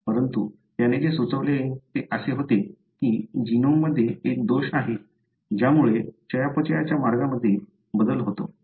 परंतु त्याने जे सुचवले ते असे होते की जीनोममध्ये एक दोष आहे ज्यामुळे चयापचयच्या मार्गामध्ये बदल होतो